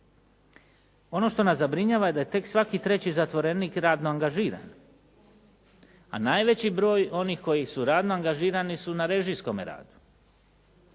Ono što nas zabrinjava je da je tek svaki treći zatvorenik radno angažiran, a najveći broj onih koji su radno angažirani su na režimskome radu.